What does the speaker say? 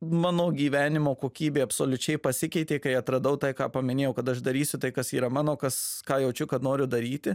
mano gyvenimo kokybė absoliučiai pasikeitė kai atradau tai ką paminėjau kad aš darysiu tai kas yra mano kas ką jaučiu kad noriu daryti